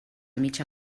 mitja